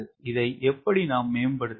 இதை எப்படி நாம் மேம்படுத்துவது